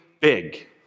big